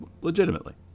Legitimately